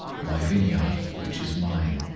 my vineyard, which is mine,